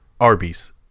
Arby's